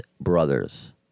Brothers